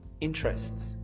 interests